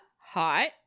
hot